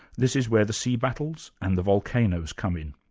this is where the sea battles and the volcanoes come in.